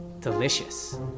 delicious